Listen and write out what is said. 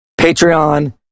Patreon